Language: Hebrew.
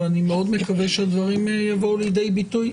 ואני מאוד מקווה שהדברים יבואו לידי ביטוי,